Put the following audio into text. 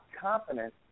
confidence